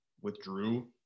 withdrew